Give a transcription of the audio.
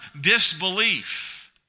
disbelief